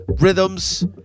rhythms